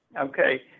Okay